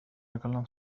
الكلام